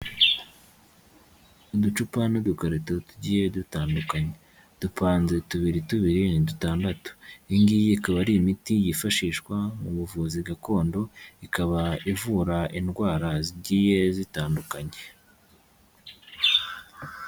Uducupa n'udukarito tugiye dutandukanye. Dupanze tubiri tubiri ni dutandatu. Iyi ngiyi ikaba ari imiti yifashishwa mu buvuzi gakondo ikaba ivura indwara zigiye zitandukanye.